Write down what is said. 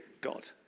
God